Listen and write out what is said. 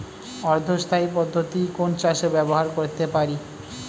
অর্ধ স্থায়ী পদ্ধতি কোন চাষে ব্যবহার করতে পারি?